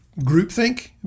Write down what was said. groupthink